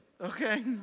Okay